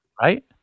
Right